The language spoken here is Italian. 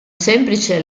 semplice